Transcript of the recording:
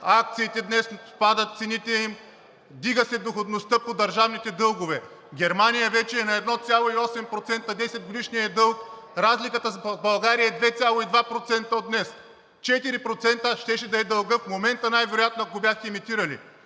акциите днес падат цените им, вдига се доходността по държавните дългове. Германия вече е на 1,8% – десетгодишният им дълг. Разликата с България е 2,2% от днес, 4% щеше да е дългът в момента най-вероятно, ако бяхте емитирали.